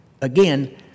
Again